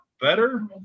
Better